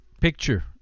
picture